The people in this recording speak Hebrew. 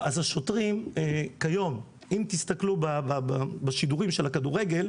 אם תסתכלו בשידורים של הכדורגל,